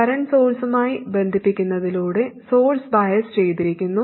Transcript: current സോഴ്സുമായി ബന്ധിപ്പിക്കുന്നതിലൂടെ source bias ചെയ്തിരിക്കുന്നു